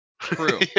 true